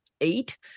eight